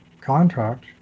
contract